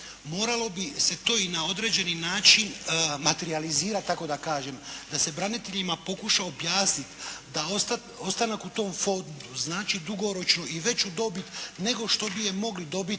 Moralo bi se to i na određeni način materijalizirati kako da kažem da se braniteljima pokuša objasniti da ostanak u tom fondu znači dugoročno i veću dobit nego što bi je mogli dobiti